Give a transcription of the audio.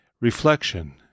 Reflection